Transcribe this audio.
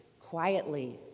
quietly